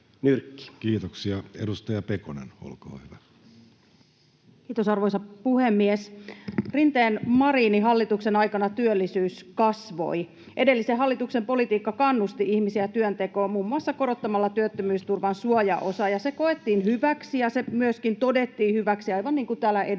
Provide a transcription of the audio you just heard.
Time: 15:47 Content: Kiitos, arvoisa puhemies! Rinteen—Marinin hallituksen aikana työllisyys kasvoi. Edellisen hallituksen politiikka kannusti ihmisiä työntekoon muun muassa korottamalla työttömyysturvan suojaosaa. Ja se koettiin hyväksi, ja se myöskin todettiin hyväksi, aivan niin kuin täällä edustajat